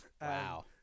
Wow